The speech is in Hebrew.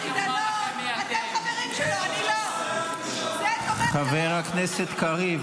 אני מזמין את חבר הכנסת אחמד טיבי